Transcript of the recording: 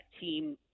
team